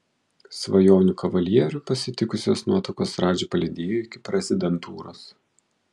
svajonių kavalierių pasitikusios nuotakos radžį palydėjo iki prezidentūros